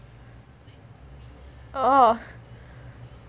oh